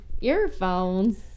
earphones